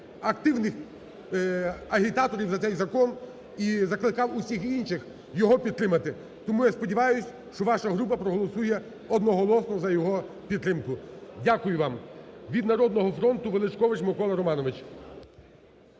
активних агітаторів за цей закон і закликав усіх інших його підтримати. Тому я сподіваюся, що ваша група проголосує одноголосно за його підтримку. Дякую вам. Від "Народного фронту" Величкович Микола Романович.